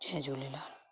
Jay Jhulelal